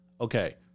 Okay